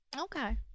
Okay